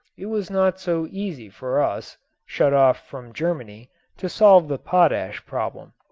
it was not so easy for us shut off from germany to solve the potash problem.